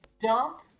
dump